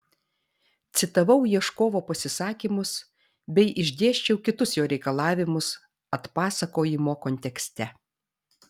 citavau ieškovo pasisakymus bei išdėsčiau kitus jo reikalavimus atpasakojimo kontekste